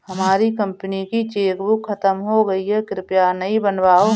हमारी कंपनी की चेकबुक खत्म हो गई है, कृपया नई बनवाओ